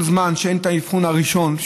כל זמן שאין את האבחון הראשון,